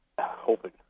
hoping